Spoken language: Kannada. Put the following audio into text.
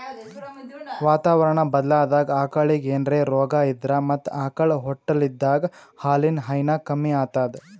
ವಾತಾವರಣಾ ಬದ್ಲಾದಾಗ್ ಆಕಳಿಗ್ ಏನ್ರೆ ರೋಗಾ ಇದ್ರ ಮತ್ತ್ ಆಕಳ್ ಹೊಟ್ಟಲಿದ್ದಾಗ ಹಾಲಿನ್ ಹೈನಾ ಕಮ್ಮಿ ಆತದ್